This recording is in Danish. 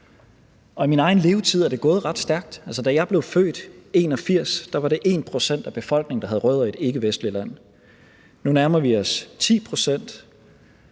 i min egen levetid er det gået stærkt. Altså, da jeg blev født i 1981, var det 1 pct. af befolkningen, der havde rødder i et ikkevestligt land. Nu nærmer vi os 10 pct.